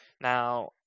Now